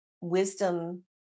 wisdom